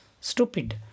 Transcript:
stupid